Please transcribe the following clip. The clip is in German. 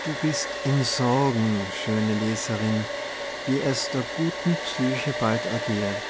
du bist in sorgen schöne leserin wie es der guten psyche bald ergehe